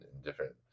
different